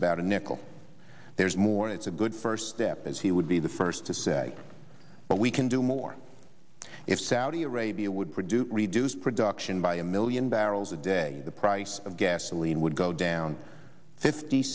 about a nickel there's more it's a good first step as he would be the first to say but we can do more if saudi arabia would produce reduce production by a million barrels a day the price of gasoline would go down fifty